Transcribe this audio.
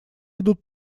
идут